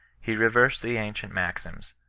he reversed the ancient maxims,